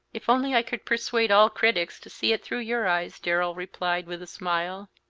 if only i could persuade all critics to see it through your eyes! darrell replied, with a smile.